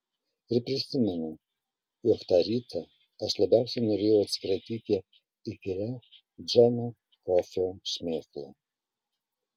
ir prisimenu jog tą rytą aš labiausiai norėjau atsikratyti įkyria džono kofio šmėkla